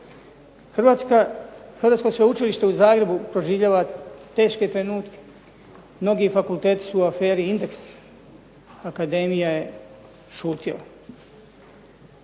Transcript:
Hrvatsko sveučilište u Zagrebu proživljava teške trenutke. Mnogi fakulteti su u aferi Indeksi. Akademija je šutjela.